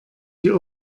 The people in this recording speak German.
die